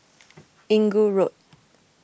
Inggu Road